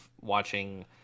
watching